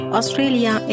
Australia